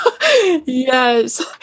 Yes